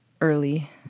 early